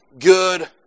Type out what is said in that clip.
good